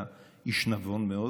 אתה איש נבון מאוד.